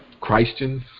Christians